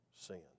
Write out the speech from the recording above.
sin